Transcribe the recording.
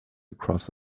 across